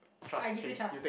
I give you chance